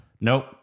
nope